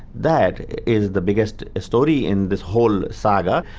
that is the biggest ah story in this whole saga,